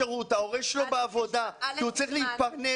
ההורים שלו בעבודה כי הם צריכים להתפרנס,